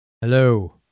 Hello